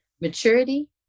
Maturity